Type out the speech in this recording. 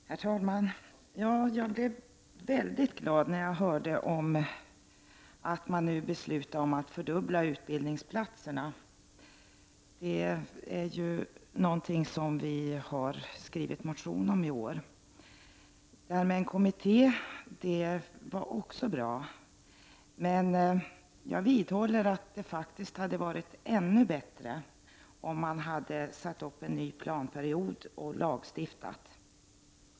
Herr talman! Jag blev väldigt glad när jag hörde att man nu har beslutat fördubbla antalet utbildningsplatser. Det är någonting som vi har motionerat om i år. Beslutet om en kommitté var också bra. Men jag vidhåller att det hade varit ännu bättre om man hade satt upp en ny planperiod och lagstiftat.